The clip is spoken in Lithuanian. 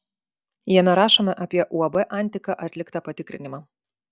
jame rašoma apie uab antika atliktą patikrinimą